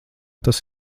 tas